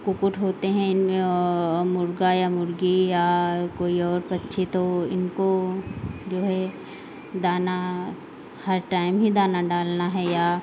कुक्कुट होते हैं इन मुर्गा या मुर्गी या कोई और पक्षी तो इनको जो है दाना हर टाइम ही दाना डालना है या